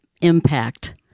impact